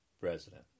president